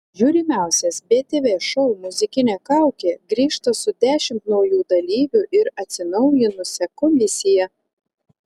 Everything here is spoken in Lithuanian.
žiūrimiausias btv šou muzikinė kaukė grįžta su dešimt naujų dalyvių ir atsinaujinusia komisija